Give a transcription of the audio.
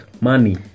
money